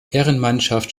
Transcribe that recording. herrenmannschaft